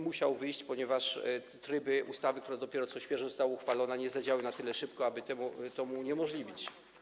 Musiał wyjść, ponieważ tryby ustawy, które dopiero co, świeżo zostały uchwalone, nie zadziałały na tyle szybko, aby mu to uniemożliwić.